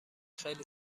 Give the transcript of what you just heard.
خیلی